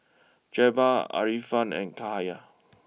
Jebat Afiqah and Cahaya